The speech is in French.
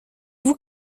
vous